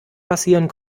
passieren